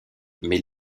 mais